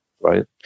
Right